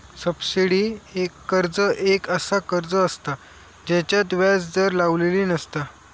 subsidy कर्ज एक असा कर्ज असता जेच्यात व्याज दर लावलेली नसता